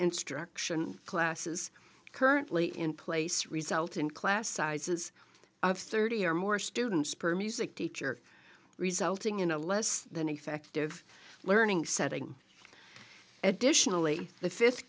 instruction classes currently in place result in class sizes of thirty or more students per music teacher resulting in a less than effective learning setting additionally the fifth